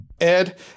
Ed